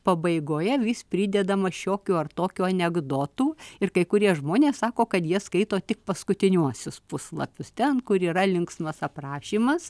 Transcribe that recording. pabaigoje vis pridedama šiokių ar tokių anekdotų ir kai kurie žmonės sako kad jie skaito tik paskutiniuosius puslapius ten kur yra linksmas aprašymas